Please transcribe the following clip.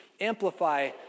amplify